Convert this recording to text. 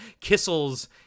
Kissel's